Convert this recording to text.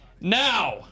Now